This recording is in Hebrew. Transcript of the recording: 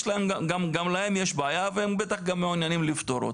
גם להם יש בעיה, והם בטח מעוניינים לפתור אותה,